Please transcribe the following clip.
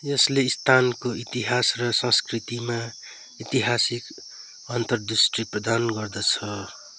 यसले स्थानको इतिहास र संस्कृतिमा ऐतिहासिक अन्तरदृष्टि प्रदान गर्दछ